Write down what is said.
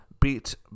beat